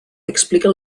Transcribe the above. explica